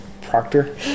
Proctor